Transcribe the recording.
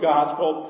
Gospel